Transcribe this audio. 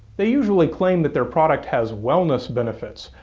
they usually claim that their product has wellness benefits,